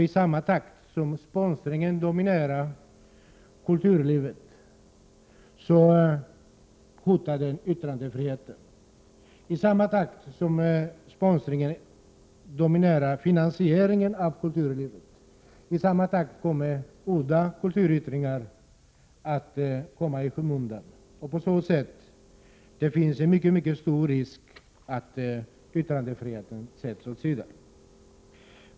I samma takt som sponsringen dominerar kulturlivet hotar den yttrandefriheten. I samma takt som sponsringen dominerar finansieringen av kulturlivet, kommer udda kulturyttringar att hamna i skymundan. Det finns på så sätt en mycket stor risk för att yttrandefriheten sätts åt sidan.